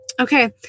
Okay